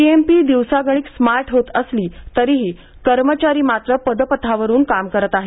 PMP दिवसागणिक smart होत असली तरीही कर्मचारी मात्र पदपथावरून काम करत आहेत